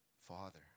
Father